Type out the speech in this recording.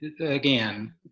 again